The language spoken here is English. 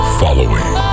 following